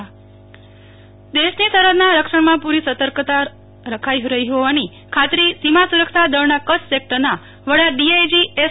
નેહલ ઠકકર સરહદ રક્ષા કવચ અભિયાન દેશની સરહદના રક્ષણમાં પૂરી સતર્કતા રખાઇ રહી હોવાની ખાતરી સીમા સુરક્ષા દળના કચ્છ સેક્ટરના વડા ડીઆઇજી એસ